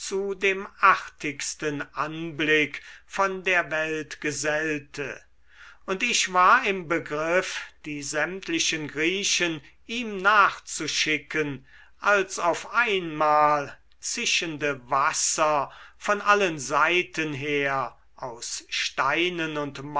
dem artigsten anblick von der welt gesellte und ich war im begriff die sämtlichen griechen ihm nachzuschicken als auf einmal zischende wasser von allen seiten her aus steinen und